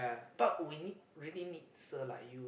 but we need we really need sir like you lah